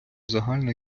загальна